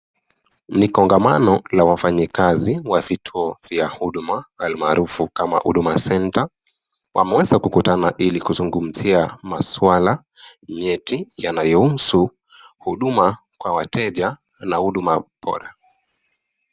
Ni kongamano la wafanyi kazi wa vituo vya huduma almaarufu kama Huduma Center, wameweza kukutana ili kuzungumzia maswala nyeti yanayohusu huduma kwa wateja na huduma bora.